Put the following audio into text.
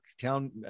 town